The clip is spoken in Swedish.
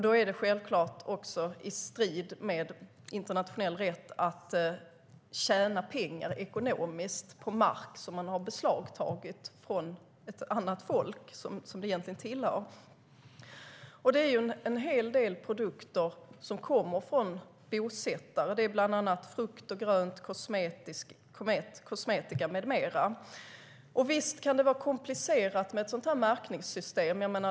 Då är det självklart också i strid med internationell rätt att tjäna pengar på mark som man har beslagtagit från ett annat folk och som den egentligen tillhör. En hel del produkter kommer från bosättare. Det är frukt och grönt, kosmetika med mera. Visst kan det vara komplicerat med ett märkningssystem.